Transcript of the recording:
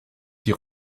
die